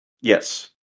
Yes